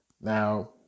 Now